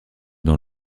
dans